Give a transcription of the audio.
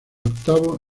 octavo